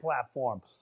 platform